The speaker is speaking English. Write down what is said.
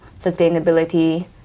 sustainability